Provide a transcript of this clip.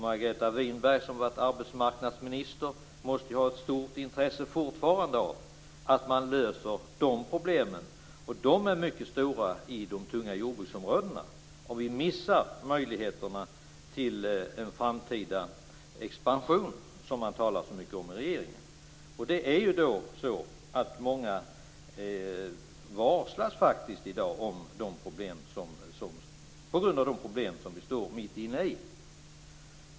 Margareta Winberg, som har varit arbetsmarknadsminister, måste ju fortfarande ha ett stort intresse av att dessa problem löses, och de är mycket stora i de tunga jordbruksområdena. Och vi missar möjligheterna till en framtida expansion, som regeringen talar så mycket om. I dag är det faktiskt många som varslas på grund av de problem som vi står mitt uppe i.